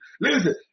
Listen